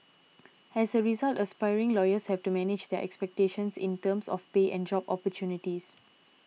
as a result aspiring lawyers have to manage their expectations in terms of pay and job opportunities